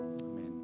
Amen